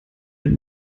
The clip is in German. den